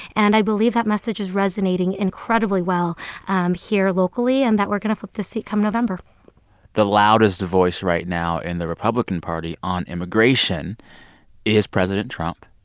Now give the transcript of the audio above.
and i believe that message is resonating incredibly well here locally and that we're going to flip the seat come november the loudest voice right now in the republican party on immigration is president trump,